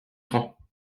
francs